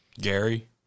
Gary